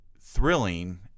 thrilling